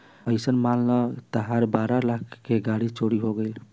अइसन मान ल तहार बारह लाख के गाड़ी चोरी हो गइल